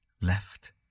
left